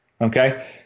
Okay